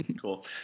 Cool